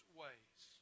ways